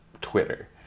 Twitter